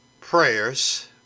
prayers